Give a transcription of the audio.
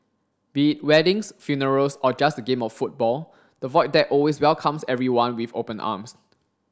be it weddings funerals or just a game of football the Void Deck always welcomes everyone with open arms